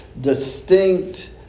distinct